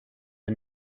and